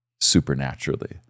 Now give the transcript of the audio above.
supernaturally